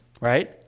Right